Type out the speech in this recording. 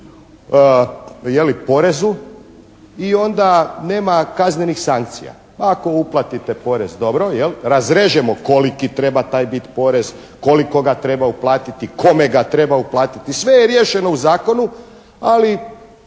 i onda nema kaznenih sankcija. Ako uplatite porez dobro, razrežemo koliki treba biti taj porez, koliko ga treba uplatiti, kome ga treba uplatiti. Sve je riješeno u zakonu ali